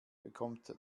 bekommt